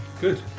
good